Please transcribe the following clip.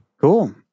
Cool